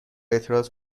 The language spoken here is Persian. اعتراض